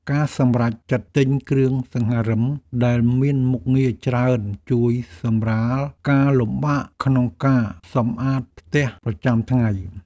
ការសម្រេចចិត្តទិញគ្រឿងសង្ហារិមដែលមានមុខងារច្រើនជួយសម្រាលការលំបាកក្នុងការសម្អាតផ្ទះប្រចាំថ្ងៃ។